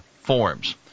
forms